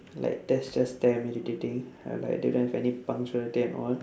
like that's just damn irritating like they don't have any punctuality at all